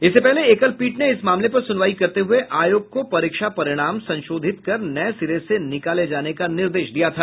इससे पहले एकल पीठ ने इस मामले पर सुनवाई करते हुए आयोग को परीक्षा परिणाम संशोधित कर नए सिरे से निकाले जाने का निर्देश दिया था